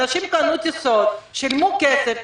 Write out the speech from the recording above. אנשים קנו טיסות, שילמו כסף.